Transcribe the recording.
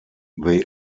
they